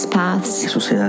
paths